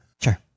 Sure